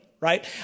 right